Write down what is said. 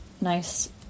nice